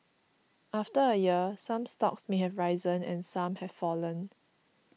after a year some stocks may have risen and some have fallen